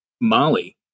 Molly